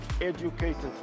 educated